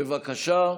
בבקשה.